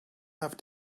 have